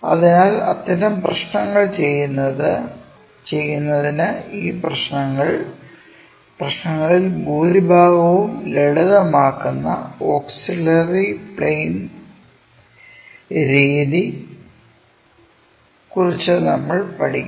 അതിനാൽ അത്തരം പ്രശ്നങ്ങൾ ചെയ്യുന്നതിന് ഈ പ്രശ്നങ്ങളിൽ ഭൂരിഭാഗവും ലളിതമാക്കുന്ന ഓക്സിലറി പ്ലെയിൻ രീതിയെക്കുറിച്ച് നമ്മൾ പഠിക്കണം